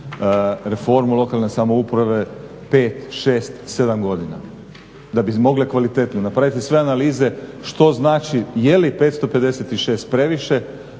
reformu lokalne samouprave 5, 6, 7 godina da bi mogle kvalitetno napraviti sve analize. Što znači jeli 556 previše?